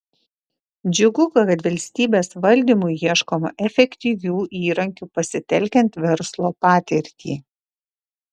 džiugu kad valstybės valdymui ieškoma efektyvių įrankių pasitelkiant verslo patirtį